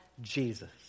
Jesus